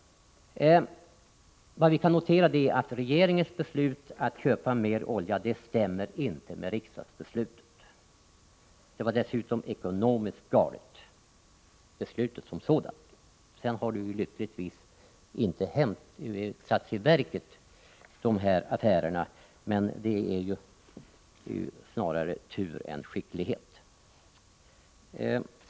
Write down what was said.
Vad vi kan notera är att regeringens beslut att köpa mer olja inte stämmer med riksdagsbeslutet. Beslutet som sådant var dessutom ekonomiskt galet. Sedan har de här affärerna lyckligtvis inte satts i verket, men det är snarare tur än skicklighet.